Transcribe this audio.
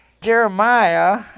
Jeremiah